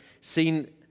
seen